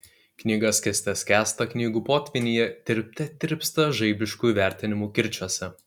knyga skęste skęsta knygų potvynyje tirpte tirpsta žaibiškų įvertinimų kirčiuose